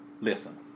listen